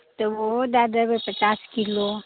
तऽ ओहो दए देबै पचास किलो